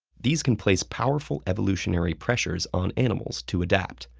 these can place powerful evolutionary pressures on animals to adapt,